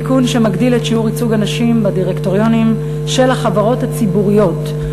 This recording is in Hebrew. תיקון שמגדיל את שיעור ייצוג הנשים בדירקטוריונים של החברות הציבוריות.